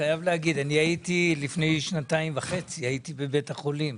לפני שנתיים וחצי הייתי בבית החולים